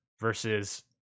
versus